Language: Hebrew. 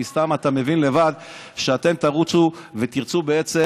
מסתמא שאתה מבין לבד שאתם תרוצו ותרצו בעצם